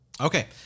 okay